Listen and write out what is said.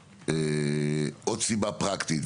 עוד סיבה פרקטית.